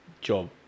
job